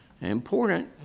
Important